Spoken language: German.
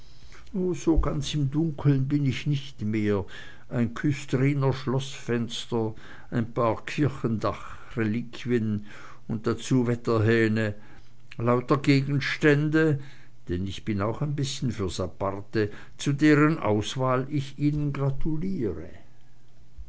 so ganz im dunkeln bin ich nicht mehr ein küstriner schloßfenster ein paar kirchendachreliquien und dazu wetterhähne lauter gegenstände denn ich bin auch ein bißchen fürs aparte zu deren auswahl ich ihnen gratuliere